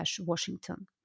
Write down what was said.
Washington